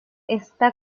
está